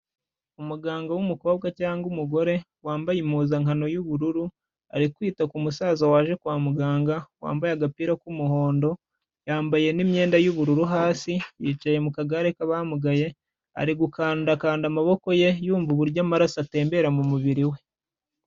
Umuganga w'umukobwa cyangwa umugore wambaye impuzankano y'ubururu, ari kwita ku musaza waje kwa muganga wambaye agapira k'umuhondo, yambaye n'imyenda y'ubururu hasi yicaye mu kagare k'abamugaye, ari gukandakanda amaboko ye yumva uburyo amaraso atembera mu mubiri we.